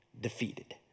defeated